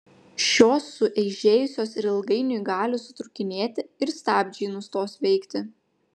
šios sueižėjusios ir ilgainiui gali sutrūkinėti ir stabdžiai nustos veikti